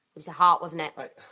the heart, wasn't it? but